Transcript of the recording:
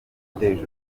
mfite